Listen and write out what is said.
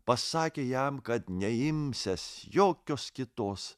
pasakė jam kad neimsiantis jokios kitos